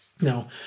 Now